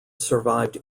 survived